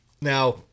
Now